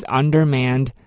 undermanned